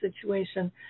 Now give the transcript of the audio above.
situation